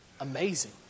amazing